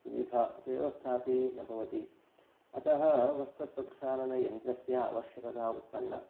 सुविधा व्यवस्थापि न भवति अतः वस्त्रप्रक्षालनयन्त्रस्य आवश्यकता उत्पन्ना